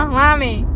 mommy